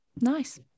Nice